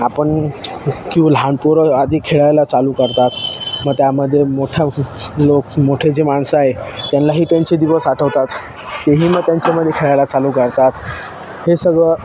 आपण किवा लहानपोरं आधी खेळायला चालू करतात मग त्यामध्ये मोठ्या लोक मोठे जे माणस आहे त्त्यांलाही त्यांचे दिवस आठवतात तेही मग त्यांच्यामध्ये खेळायला चालू करतात हे सगळं